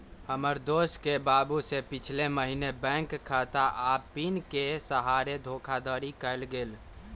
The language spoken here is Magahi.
हमर दोस के बाबू से पिछले महीने बैंक खता आऽ पिन के सहारे धोखाधड़ी कएल गेल